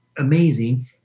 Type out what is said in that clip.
amazing